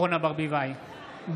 (קורא בשם חברת הכנסת) אורנה ברביבאי, בעד